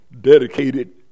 Dedicated